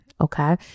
Okay